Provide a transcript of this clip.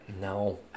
No